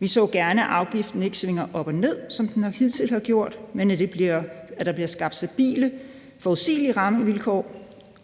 Vi så gerne, at afgiften ikke svinger op og ned, som den hidtil har gjort, men at der bliver skabt stabile og forudsigelige rammevilkår;